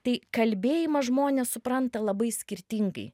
tai kalbėjimą žmonės supranta labai skirtingai